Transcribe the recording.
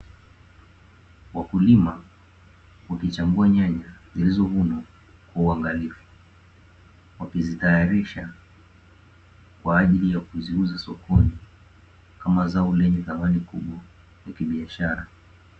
Wakulima wakichambua nyanya zilizovunwa kwa uangalifu, wakizitayarisha kwa ajili ya kuziuza sokoni, kama zao lenye thamani kubwa la kibiashara.